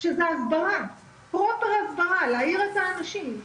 שזה הסברה, פרופר הסברה, כדי להעיר את האנשים,